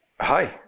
Hi